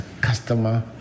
customer